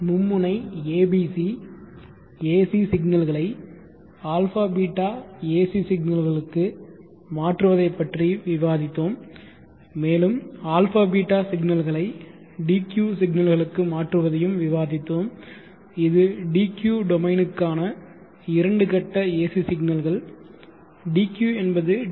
மும்முனை abc ac சிக்னல்களை α ß ac சிக்னல்களுக்கு மாற்றுவதை பற்றி விவாதித்தோம் மேலும் α ß சிக்னல்களை ஐ d q சிக்னல்களுக்கு மாற்றுவதையும் விவாதித்தோம் இது d q டொமைனுக்கான இரண்டு கட்ட ஏசி சிக்னல்கள் d q என்பது டி